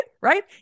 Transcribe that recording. Right